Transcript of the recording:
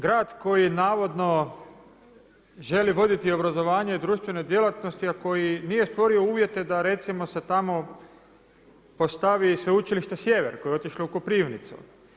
Grad koji navodno želi voditi obrazovanje i društvene djelatnosti, a koji nije stvorio uvjete da recimo se tamo postavi i sveučilište Sjever koje je otišlo u Koprivnicu.